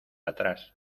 atrás